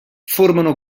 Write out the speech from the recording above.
formano